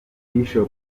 bishop